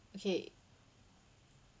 okay